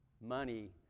money